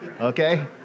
Okay